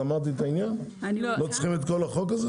גמרתי את העניין ולא צריך את כל החוק?